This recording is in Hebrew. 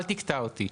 אל תקטע אותי.